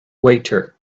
waiter